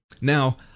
Now